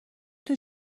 توی